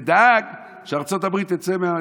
ודאג שארצות הברית תצא מההסכם.